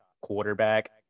quarterback